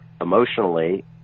emotionally